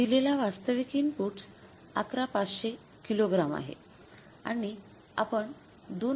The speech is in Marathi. दिलेला वास्तविक इनपुटस ११५०० किलो ग्राम आहे आणि आपण २